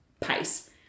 pace